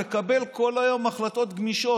לקבל כל היום החלטות גמישות.